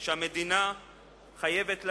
שהמדינה חייבת להם,